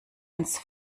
ins